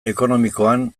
ekonomikoan